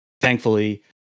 thankfully